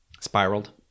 spiraled